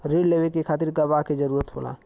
रिण लेवे के खातिर गवाह के जरूरत होला